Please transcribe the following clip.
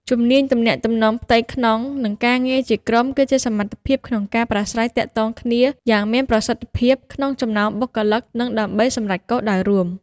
ជំនាញទំនាក់ទំនងផ្ទៃក្នុង និងការងារជាក្រុម គឺជាសមត្ថភាពក្នុងការប្រាស្រ័យទាក់ទងគ្នាយ៉ាងមានប្រសិទ្ធភាពក្នុងចំណោមបុគ្គលិក និងដើម្បីសម្រេចគោលដៅរួម។